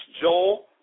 Joel